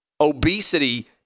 Obesity